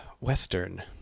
Western